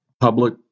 public